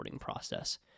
process